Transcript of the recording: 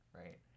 right